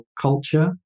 culture